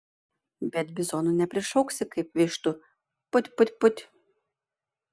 bet bizonų neprišauksi kaip vištų put put put